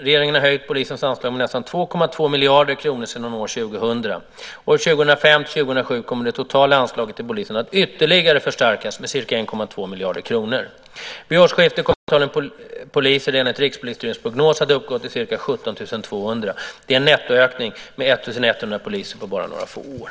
Regeringen har höjt polisens anslag med nästan 2,2 miljarder kronor sedan år 2000. Åren 2005-2007 kommer det totala anslaget till polisen att ytterligare förstärkas med ca 1,2 miljarder kronor. Vid årsskiftet kommer antalet poliser enligt Rikspolisstyrelsens prognos att uppgå till ca 17 200 poliser. Det är en nettoökning med 1 100 poliser på bara några få år.